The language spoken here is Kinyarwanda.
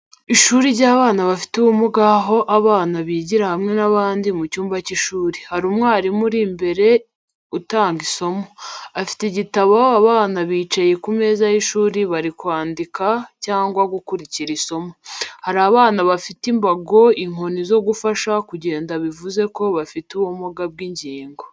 Ishuri ry’abana bafite ubumuga aho abana bigira hamwe n’abandi mu cyumba cy’ishuri. Hari umwarimu uri imbere atanga isomo, afite igitabo abana bicaye ku meza y’ishuri bari kwandika cyangwa gukurikira isomo. Hari abana bafite imbago inkoni zo gufasha kugenda bivuze ko bafite ubumuga bw’ingingo.